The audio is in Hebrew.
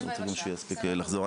רצינו שיספיק לחזור.